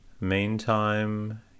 Meantime